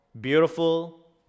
beautiful